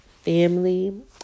Family